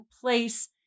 place